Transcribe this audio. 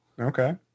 Okay